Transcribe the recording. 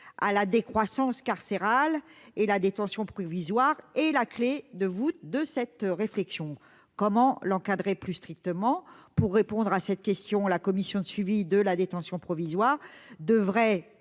à la décroissance carcérale ; la détention provisoire est la clé de voûte de cette réflexion. Comment l'encadrer plus strictement ? Pour répondre à cette question, la Commission de suivi de la détention provisoire devrait,